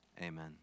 amen